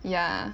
ya